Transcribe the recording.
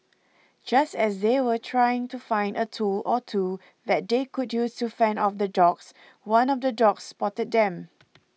just as they were trying to find a tool or two that they could use to fend off the dogs one of the dogs spotted them